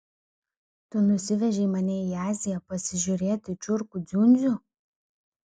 tu nusivežei mane į aziją pasižiūrėti čiurkų dziundzių